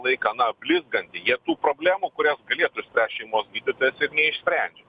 laiką na blizganti jie tų problemų kurios galėtų išspręst šeimos gydytojas neišsprendžia